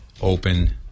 open